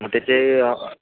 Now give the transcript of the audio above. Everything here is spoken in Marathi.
मग त्याचे